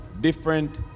different